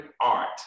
art